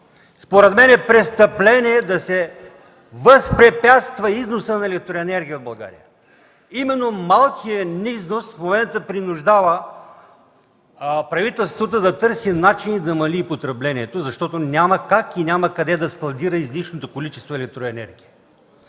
Според мен е престъпление да се възпрепятства износът на електроенергия от България. Именно малкият ни износ в момента принуждава правителството да търси начини да намали потреблението, защото няма как и къде да складира излишните количества електроенергия.